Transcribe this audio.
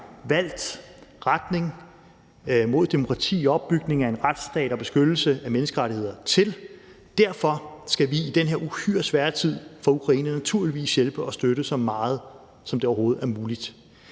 valgt retning mod demokrati, opbygning af en retsstat og beskyttelse af menneskerettigheder til, og derfor skal vi i den her uhyre svære tid for Ukraine naturligvis hjælpe og støtte så meget, som det overhovedet er muligt.